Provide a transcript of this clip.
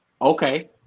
okay